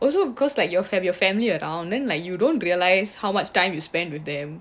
also cause like you all have your family around and like you don't realize how much time you spend with them